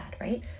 right